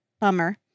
Bummer